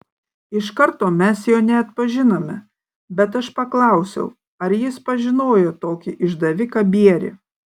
iš karto mes jo neatpažinome bet aš paklausiau ar jis pažinojo tokį išdaviką bierį